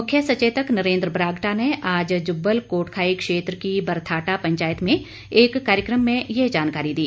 मुख्य सचेतक नरेंद्र बरागटा ने आज जुब्बल कोटखाई क्षेत्र की बरथाटा पंचायत में एक कार्यक्रम में ये जानकारी दी